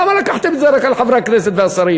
למה לקחת את זה רק על חברי הכנסת והשרים?